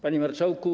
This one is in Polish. Panie Marszałku!